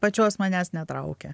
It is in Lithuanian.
pačios manęs netraukia